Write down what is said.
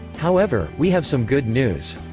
however, we have some good news.